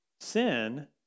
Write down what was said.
sin